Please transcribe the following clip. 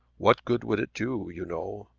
what good would it do, you know?